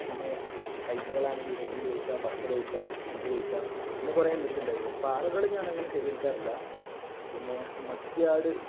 പിന്നേ പൈസകളാണങ്കില് ഇരുപത്തഞ്ച് പൈസ പത്ത് പൈസ അഞ്ച് പൈസ അങ്ങനെ കുറെ എൻ്റെടുത്തുണ്ടായിരുന്നു പാറകള് ഞാൻ അങ്ങനെ ശേഖരിക്കാറില്ല പിന്നെ മക്ക്യാട്